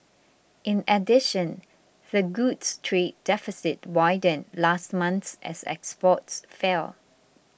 in addition the goods trade deficit widened last month as exports fell